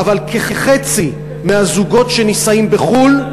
אבל חצי מהזוגות שנישאים בחו"ל,